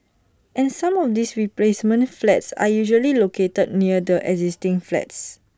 and some of these replacement flats are usually located near the existing flats